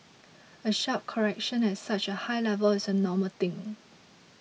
a sharp correction at such a high level is a normal thing